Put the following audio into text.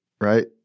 right